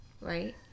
right